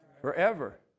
Forever